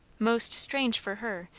most strange for her,